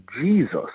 Jesus